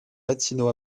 latino